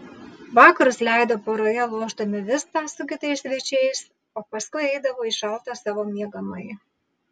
vakarus leido poroje lošdami vistą su kitais svečiais o paskui eidavo į šaltą savo miegamąjį